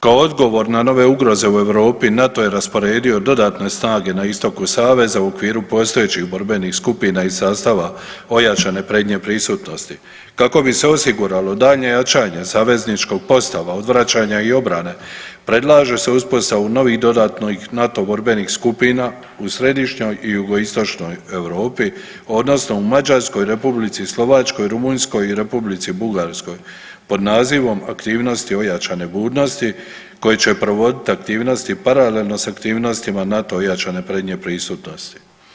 Kao odgovor na nove ugroze u Europi, NATO je rasporedio dodatne snage na istoku Saveza u okviru postojećih borbenih skupina i sastava ojačane prednje prisutnosti, kako bi se osiguralo daljnje jačanje savezničkog postava, odvraćanja i obrane, predlaže se uspostavu novih dodatnih NATO borbenih skupina u središnjoj i jugoistočnoj Europi, odnosno u Mađarskoj, R. Slovačkoj, Rumunjskoj i R. Bugarskoj, pod nazivom Aktivnosti ojačane budnosti koje će provoditi aktivnosti paralelno s aktivnostima NATO ojačane prednje prisutnosti.